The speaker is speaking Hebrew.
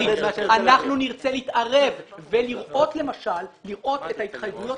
אנחנו נרצה להתערב ולראות למשל את ההתחייבויות